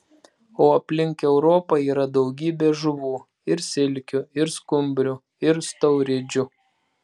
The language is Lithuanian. o aplink europą yra daugybė žuvų ir silkių ir skumbrių ir stauridžių